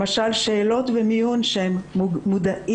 למשל, שאלות ומיון שהם מודעים